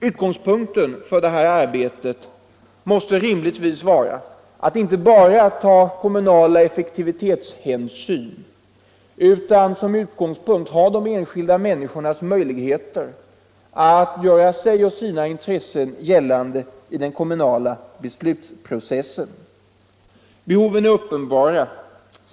Utgångspunkten för det här arbetet måste rimligtvis vara att inte bara ta kommunala effektivitetshänsyn, utan som utgångspunkt måste man ha de enskilda människornas möjligheter att göra sig och sina intressen gällande i den kommunala beslutsprocessen. Behoven är uppenbara.